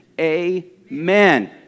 Amen